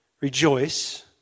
rejoice